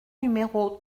numéro